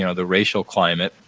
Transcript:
and the racial climate,